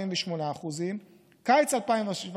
48%; קיץ 2017,